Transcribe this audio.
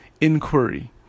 inquiry